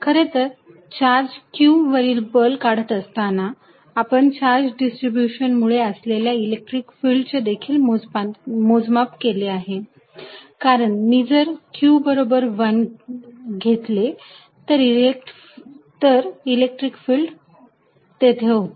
खरेतर charge q वरील बल काढत असताना आपण चार्ज डिस्ट्रीब्यूशन मुळे असलेल्या इलेक्ट्रिक फिल्ड चे देखील मोजमाप केले आहे कारण जर मी q1 घेतले तर तेथे इलेक्ट्रिक फिल्ड तयार होते